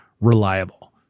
reliable